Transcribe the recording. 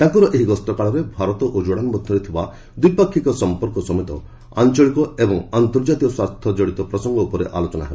ତାଙ୍କର ଏହି ଗସ୍ତ କାଳରେ ଭାରତ ଓ ଜୋର୍ଡାନ୍ ମଧ୍ୟରେ ଥିବା ଦ୍ୱପାକ୍ଷିକ ସଂପର୍କ ସମେତ ଆଞ୍ଚଳିକ ଏବଂ ଆନ୍ତର୍ଜାତୀୟ ସ୍ୱାର୍ଥ ଜଡ଼ିତ ପ୍ରସଙ୍ଗ ଉପରେ ଆଲୋଚନା ହେବ